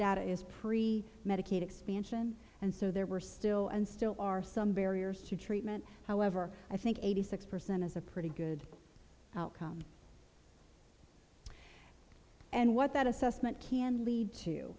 pre medicaid expansion and so there were still and still are some barriers to treatment however i think eighty six percent is a pretty good outcome and what that assessment can lead to